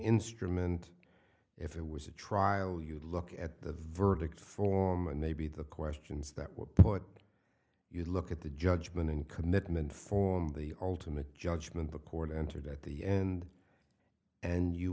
instrument if it was a trial you'd look at the verdict form and maybe the questions that were put you look at the judgment in commitment form the ultimate judgment the court entered at the end and you